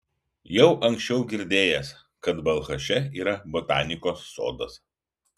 jau anksčiau girdėjęs kad balchaše yra botanikos sodas